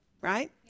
right